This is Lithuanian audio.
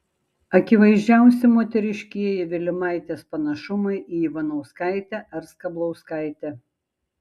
akivaizdžiausi moteriškieji vilimaitės panašumai į ivanauskaitę ar skablauskaitę